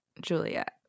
Juliet